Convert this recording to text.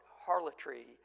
harlotry